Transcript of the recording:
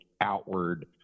outward